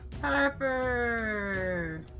Harper